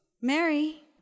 Mary